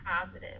positive